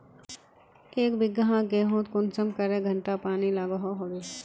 एक बिगहा गेँहूत कुंसम करे घंटा पानी लागोहो होबे?